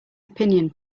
opinion